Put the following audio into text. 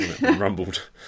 rumbled